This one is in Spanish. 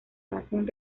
hacen